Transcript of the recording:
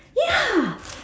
ya